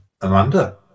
Amanda